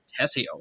Tessio